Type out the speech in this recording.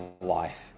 life